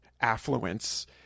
affluence